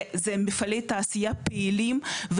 וזה מפעלי תעשייה פעילים,